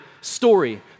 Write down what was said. story